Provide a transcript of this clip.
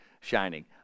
shining